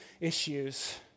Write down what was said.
issues